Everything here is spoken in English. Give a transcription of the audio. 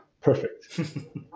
perfect